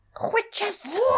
Witches